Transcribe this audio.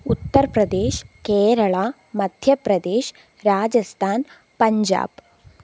Uttar Pradesh Kerala Madhya Pradesh Rajasthan Punjab